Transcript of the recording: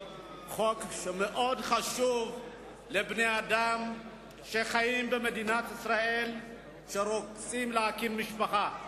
חוק מאוד חשוב לבני-אדם שחיים במדינת ישראל ורוצים להקים משפחה.